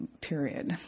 period